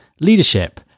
leadership